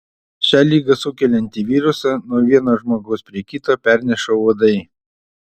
šią ligą sukeliantį virusą nuo vieno žmogaus prie kito perneša uodai